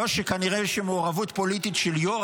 לא שכנראה איזושהי מעורבות פוליטית של יו"ר